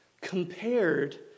compared